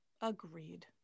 agreed